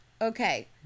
Okay